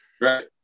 Right